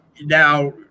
now